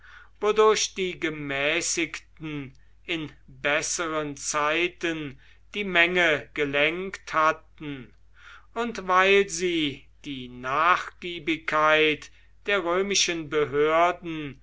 wodurch die gemäßigten in besseren zeiten die menge gelenkt hatten und weil sie die nachgiebigkeit der römischen behörden